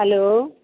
hello